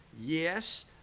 yes